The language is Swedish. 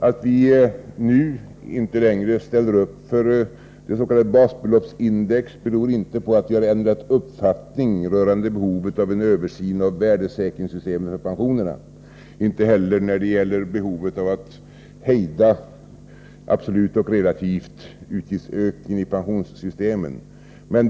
Att vi nu inte längre ställer upp för det s.k. basbeloppsindex beror inte på att vi har ändrat uppfattning rörande behovet av en översyn av värdesäkringssystemen för pensionerna, inte heller när det gäller behovet av att hejda, absolut och relativt, utgiftsökningen i fråga om pensionssystemen.